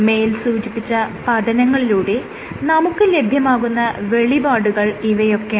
മേൽ സൂചിപ്പിച്ച പഠനങ്ങളിലൂടെ നമുക്ക് ലഭ്യമാകുന്ന വിവരങ്ങൾ ഇവയൊക്കെയാണ്